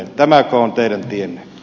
tämäkö on teidän tienne